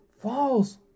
false